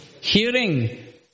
Hearing